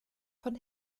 von